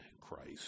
Christ